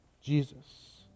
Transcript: Jesus